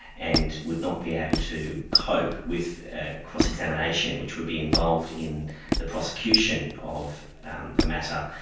and would not be able to cope with cross-examination, which would be involved in the prosecution of the matter.